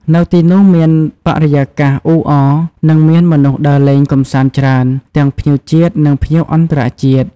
នៅទីនោះមានបរិយាកាសអ៊ូអរ និងមានមនុស្សដើរលេងកម្សាន្តច្រើន ទាំងភ្ញៀវជាតិ និងភ្ញៀវអន្តរជាតិ។